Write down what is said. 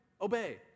obey